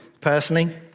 personally